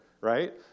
right